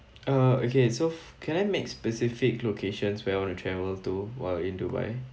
uh okay so can I make specific locations where I want to travel to while in dubai